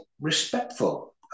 respectful